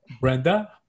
brenda